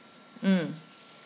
mm